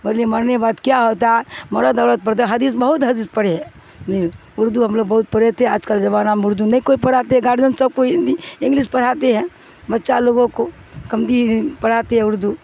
بلیے مرنے بات کیا ہوتا ہے مرد عرد پڑتا ہے حدث میں بہت حدیث پڑھے ہے اردو ہم لوگ بہت پڑھے تھے آج کل زمانہ میں اردو نہیں کوئی پڑھاتے ہیں گارجین سب کوئی ہندی انگلش پڑھاتے ہیں بچہ لوگوں کو کمزی پڑھاتے ہیں اردو